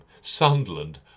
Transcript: Sunderland